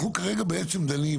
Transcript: אנחנו כרגע בעצם דנים,